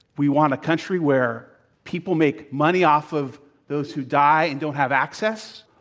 we want a country where people make money off of those who die and don't have access,